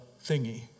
thingy